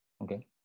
okay